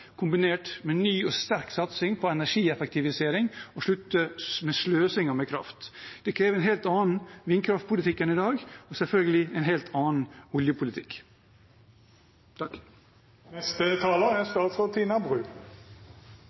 sterk satsing på energieffektivisering og å slutte med sløsingen med kraft. Det krever en helt annen vindkraftpolitikk enn i dag, og selvfølgelig en helt annen oljepolitikk. Søknader om forlenget frist for idriftsettelse behandles etter energiloven, og det er